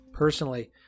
Personally